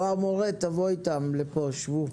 בוא, המורה, תבוא איתם לפה, שבו.